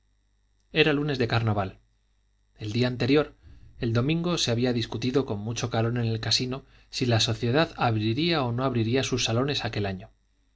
era lunes de carnaval el día anterior el domingo se había discutido con mucho calor en el casino si la sociedad abriría o no abriría sus salones aquel año